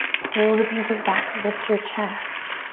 pull the pinkies back, lift your chest.